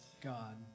God